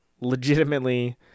Legitimately